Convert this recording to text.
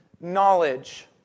knowledge